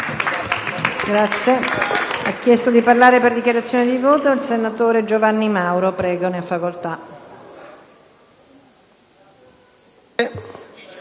Grazie